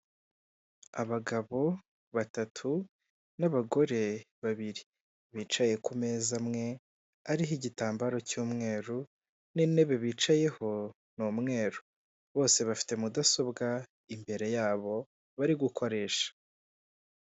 Abagabo batatu n'abagore babiri, bicaye ku meza amwe ariho igitambaro cy'umweru n'intebe bicayeho ni umweru. Bose bafite mudasobwa imbere yabo bari gukoresha.